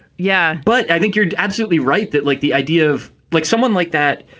yeah. but i think you're absolutely right that like the idea of like someone like that,